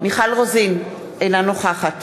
מיכל רוזין, אינה נוכחת